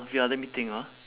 ya let me think ah